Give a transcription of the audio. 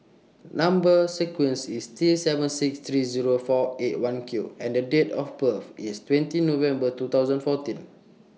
Number sequence IS T seven six three Zero four eight one Q and Date of birth IS twenty November two thousand fourteen